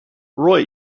roy